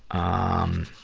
um,